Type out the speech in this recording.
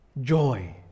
joy